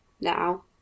Now